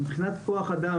מבחינת כוח אדם,